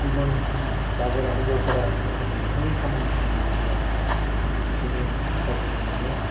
गुबुन बाहेरा हिनजावफोरा मोजां मोनथावयै खामानिखौ मावयोब्ला जिखिनि गाज्रि मोनो